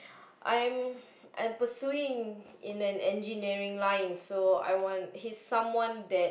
I'm pursuing in an engineering line so I want he's someone that